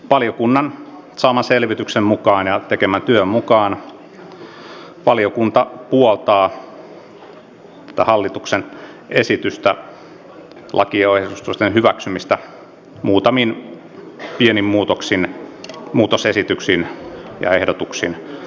valiokunnan saaman selvityksen ja tekemän työn mukaan valiokunta puoltaa tätä hallituksen esitystä lakiesitysten hyväksymistä muutamin pienin muutoksin muutosesityksin ja ehdotuksin